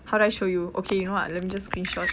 how do I show you okay you know what let me just screenshot